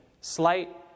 slight